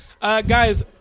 Guys